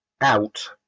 out